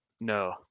no